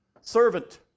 servant